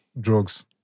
Drugs